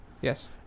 yes